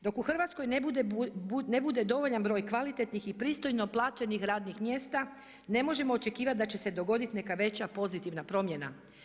Dok u Hrvatskoj ne bude dovoljan broj kvalitetnih i pristojno plaćenih radnih mjesta, ne možemo očekivati da će se dogoditi neka veća pozitivna promjena.